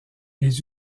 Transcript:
les